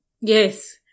Yes